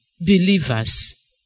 believers